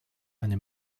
eine